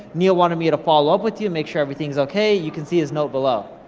neil wanted me to follow up with you, make sure everything's okay. you can see his note below.